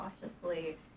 cautiously